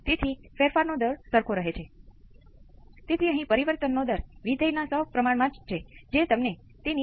તેથી તે તે છે જે તેને પ્રથમ ઓર્ડર સર્કિટ બનાવે છે અને હકીકતમાં તમે આમાંથી ટાઈમ કોંસ્ટંટ નક્કી કરી શકો છો તે નથી